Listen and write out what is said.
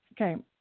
okay